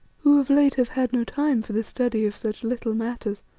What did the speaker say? who of late have had no time for the study of such little matters.